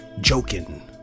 joking